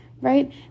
Right